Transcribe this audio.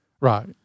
right